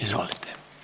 Izvolite.